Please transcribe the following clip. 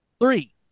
three